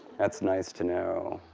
that's nice to know.